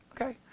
okay